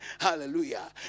Hallelujah